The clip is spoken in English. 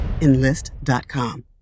Enlist.com